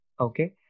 okay